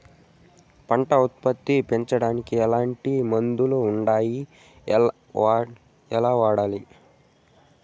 పంట ఉత్పత్తి పెంచడానికి ఎట్లాంటి మందులు ఉండాయి ఎట్లా వాడల్ల?